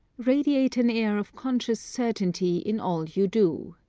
radiate an air of conscious certainty in all you do.